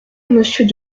monsieur